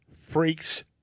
freaks